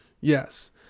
Yes